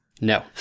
No